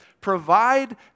Provide